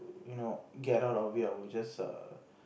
you know get out of it I would just err